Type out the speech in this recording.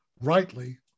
rightly